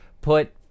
put